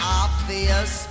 obvious